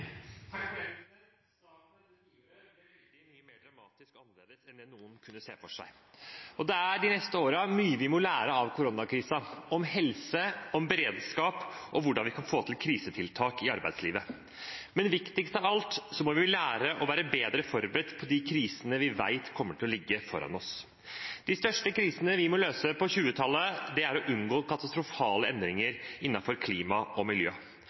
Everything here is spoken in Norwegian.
veldig mye mer dramatisk annerledes enn noen kunne se for seg. Det er de neste årene mye vi må lære av koronakrisen – om helse, om beredskap og om hvordan vi kan få til krisetiltak i arbeidslivet. Men viktigst av alt er at vi må lære å være bedre forberedt på de krisene vi vet ligger foran oss. De største krisene vi må løse på 2020-tallet, er å unngå katastrofale endringer innenfor klima og miljø.